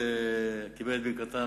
זה קיבל את ברכתם,